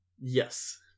Yes